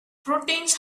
proteins